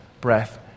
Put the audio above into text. breath